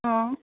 অঁ